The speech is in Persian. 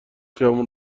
خیابون